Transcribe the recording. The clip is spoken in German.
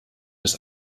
das